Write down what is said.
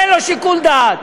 אין לו שיקול דעת.